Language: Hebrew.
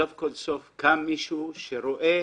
סוף כל סוף קם מישהו שרואה